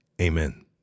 Amen